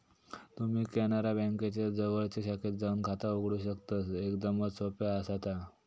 तुम्ही कॅनरा बँकेच्या जवळच्या शाखेत जाऊन खाता उघडू शकतस, एकदमच सोप्या आसा ता